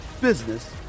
business